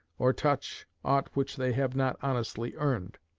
or touch, aught which they have not honestly earned.